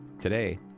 Today